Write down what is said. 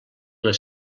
les